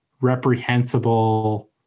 reprehensible